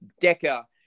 Decker